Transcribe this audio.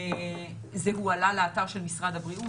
זה הועלה לאתר של משרד הבריאות.